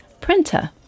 printer